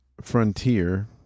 Frontier